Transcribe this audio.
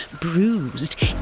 bruised